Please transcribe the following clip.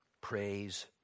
Praise